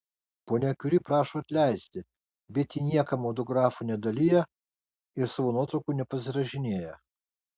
ponia kiuri prašo atleisti bet ji niekam autografų nedalija ir savo nuotraukų nepasirašinėja